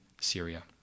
Syria